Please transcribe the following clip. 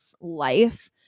life